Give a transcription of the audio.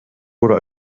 wurde